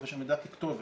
לחופש המידע ככתובת,